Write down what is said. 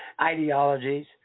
ideologies